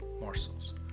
morsels